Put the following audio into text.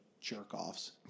jerk-offs